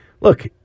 look